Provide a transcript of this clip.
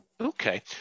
Okay